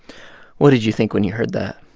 what did you think when you heard that?